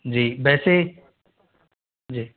जी वैसे जी